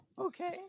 Okay